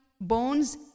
Bones